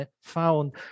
found